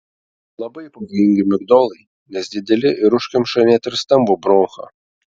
labai pavojingi migdolai nes dideli ir užkemša net ir stambų bronchą